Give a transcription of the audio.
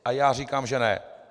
A já říkám že ne.